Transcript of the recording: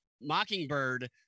mockingbird